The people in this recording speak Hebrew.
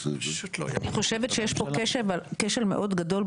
אני חושבת שיש פה כשל מאוד גדול,